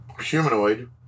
humanoid